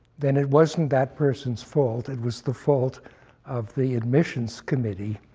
then it wasn't that person's fault. it was the fault of the admissions committee.